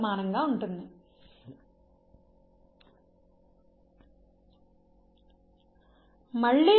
B B